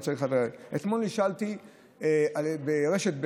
אתמול נשאלתי ברשת ב',